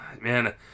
man